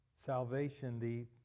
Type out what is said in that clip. Salvation